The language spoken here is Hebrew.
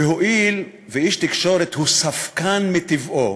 הואיל ואיש תקשורת הוא ספקן מטבעו